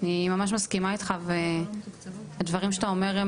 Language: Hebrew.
אני ממש מסכימה איתך והדברים שאתה אומר הם